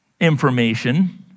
information